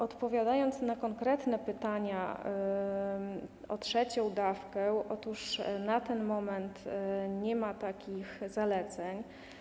Odpowiadając na konkretne pytania o trzecią dawkę, to na ten moment nie ma takich zaleceń.